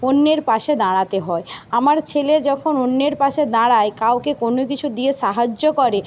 অন্যের পাশে দাঁড়াতে হয় আমার ছেলে যখন অন্যের পাশে দাঁড়ায় কাউকে কোনো কিছু দিয়ে সাহায্য করে